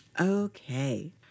Okay